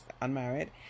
unmarried